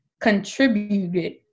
contributed